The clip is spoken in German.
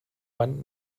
wand